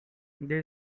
there